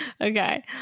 Okay